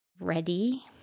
ready